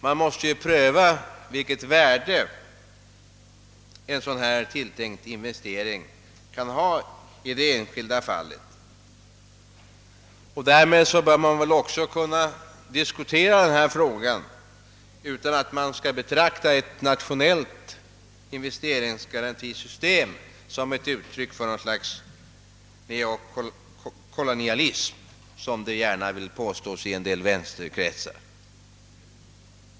Det måste ju prövas vilket värde en tilltänkt investering kan ha i det enskilda fallet. Därmed bör man väl också kunna diskutera denna fråga utan att betrakta ett nationellt investeringssystem som ett uttryck för något slags neokolonialism — som det gärna kallas i en del vänsterkretsar.